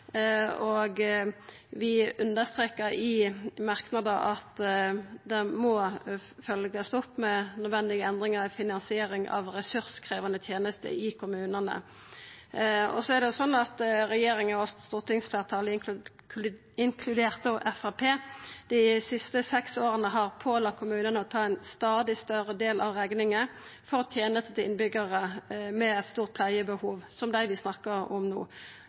og vi understrekar i merknader at det må følgjast opp med nødvendige endringar i finansiering av ressurskrevjande tenester i kommunane. Regjeringa og stortingsfleirtalet, inkludert Framstegspartiet, har dei siste seks åra pålagt kommunane å ta ein stadig større del av rekninga for tenester til innbyggjarar med stort pleiebehov, som dei vi snakkar om no.